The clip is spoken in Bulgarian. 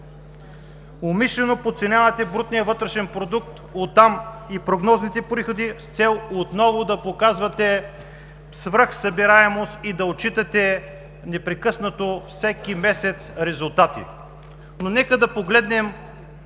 Умишлено подценявате брутния вътрешен продукт, оттам и прогнозните приходи с цел отново да показвате свръх събираемост и да отчитате непрекъснато всеки месец резултати. Нека да погледнем